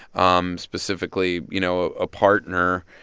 um specifically, you know, a partner,